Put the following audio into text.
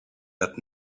that